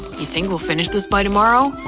you think we'll finish this by tomorrow?